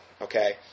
Okay